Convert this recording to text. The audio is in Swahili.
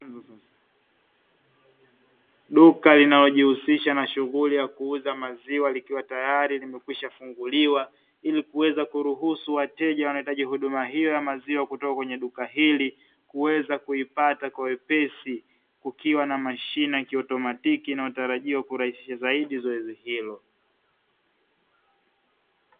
Duka linalojihusisha na shughuli ya kuuza maziwa, likiwa tayari limekwisha funguliwa, ili kuweza kuruhusu wateja wanao hitaji huduma hiyo ya maziwa kutoka kwenye duka hili, kuweza kuipata kwa wepesi. Kukiwa na mashine ya kiautomatiki inayotarajiwa kurahisisha zoezi hilo.